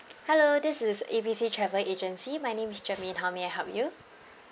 hello this is A B C travel agency my name is germaine how may I help you